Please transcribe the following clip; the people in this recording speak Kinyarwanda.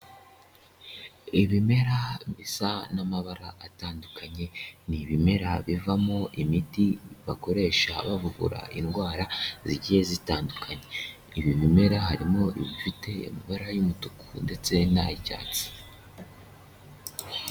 Ibimera bisa n'amabara atandukanye ni ibimera bivamo imiti bakoresha bavura indwara zigiye zitandukanye, ibi bimera harimo ibifite amabara y'umutuku ndetse n'ay'icyatsi.